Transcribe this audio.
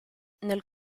nel